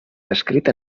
descrit